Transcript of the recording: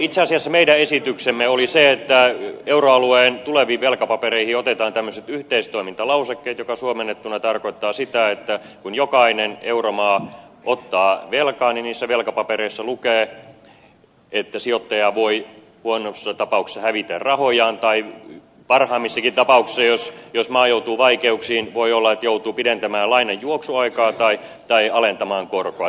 itse asiassa meidän esityksemme oli se että euroalueen tuleviin velkapapereihin otetaan tämmöiset yhteistoimintalausekkeet joka suomennettuna tarkoittaa sitä että kun jokainen euromaa ottaa velkaa niin niissä velkapapereissa lukee että sijoittaja voi huonossa tapauksessa hävitä rahojaan tai parhaimmissakin tapauksissa jos maa joutuu vaikeuksiin voi olla että joutuu pidentämään lainan juoksuaikaa tai alentamaan korkoa